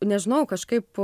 nežinau kažkaip